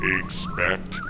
expect